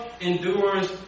endures